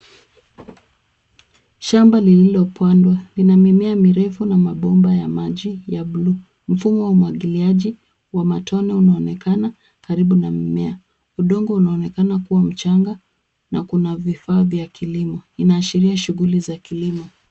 Shamba lililopandwa lina mimea mirefu na mabomba ya maji ya blue . Mfumo wa umwagiliaji wa matone unaonekana karibu na mimea. Udongo unaonekana kuwa mchanga na kuna vifaa vya kilimo. Inaashiria shughuli za kilimo.